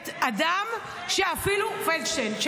פלדשטיין, פלדשטיין.